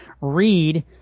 read